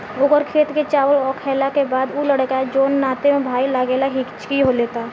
ओकर खेत के चावल खैला के बाद उ लड़का जोन नाते में भाई लागेला हिच्की लेता